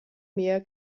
mehr